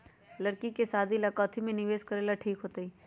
लड़की के शादी ला काथी में निवेस करेला ठीक होतई?